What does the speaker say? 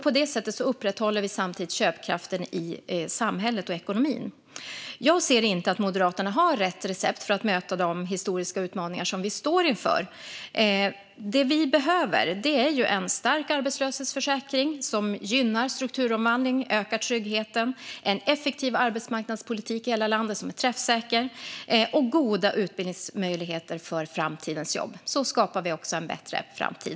På det sättet upprätthåller vi samtidigt köpkraften i samhället och ekonomin. Jag kan inte se att Moderaterna skulle ha rätt recept för att möta de historiska utmaningar som vi står inför. Det vi behöver är en stark arbetslöshetsförsäkring som gynnar strukturomvandling och ökar tryggheten, en effektiv och träffsäker arbetsmarknadspolitik i hela landet och goda utbildningsmöjligheter för framtidens jobb. Så skapar vi en bättre framtid.